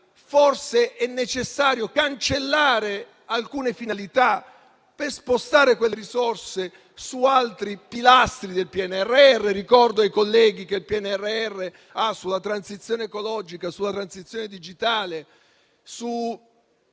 forse è necessario cancellare alcune finalità, per spostare quelle risorse su altri pilastri del PNRR. Ricordo ai colleghi che i punti fermi del PNRR sono sulla transizione ecologica, sulla transizione digitale, sulla